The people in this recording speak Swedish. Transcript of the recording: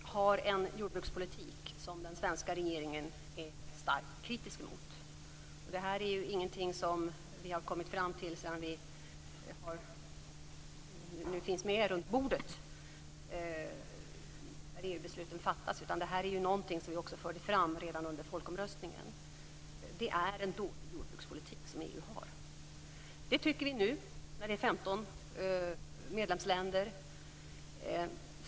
Herr talman! EU har en jordbrukspolitik som den svenska regeringen är starkt kritisk mot. Det är ingenting som vi har kommit fram till först sedan vi har kunnat sitta med runt bordet där EU-besluten fattas. Vi förde fram detta redan under folkomröstningen. EU har en dålig jordbrukspolitik. Det tycker vi nu, när det finns 15 medlemsländer.